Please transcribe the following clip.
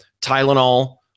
Tylenol